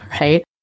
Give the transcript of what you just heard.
right